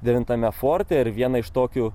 devintame forte ir vieną iš tokių